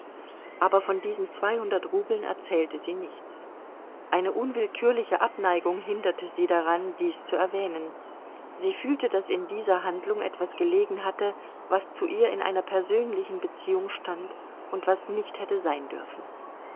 aber von diesen zweihundert rubeln erzählte sie nichts eine unwillkürliche abneigung hinderte sie daran dies zu erwähnen sie fühlte daß in dieser handlung etwas gelegen hatte was zu ihr in einer persönlichen beziehung stand und was nicht hätte sein dürfen